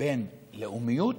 בין לאומיות